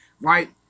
right